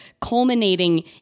culminating